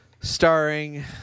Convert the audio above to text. starring